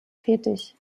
tätig